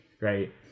right